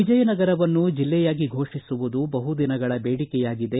ವಿಜಯ ನಗರವನ್ನು ಜಿಲ್ಲೆಯಾಗಿ ಫೋಷಿಸುವುದು ಬಹು ದಿನಗಳ ಬೇಡಿಕೆಯಾಗಿದೆ